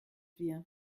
wir